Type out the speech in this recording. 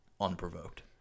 unprovoked